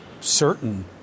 certain